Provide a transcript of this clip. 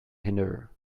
hinder